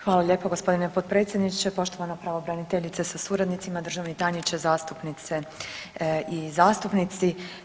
Hvala lijepo g. potpredsjedniče, poštovana pravobraniteljice sa suradnicima, državni tajniče, zastupnice i zastupnici.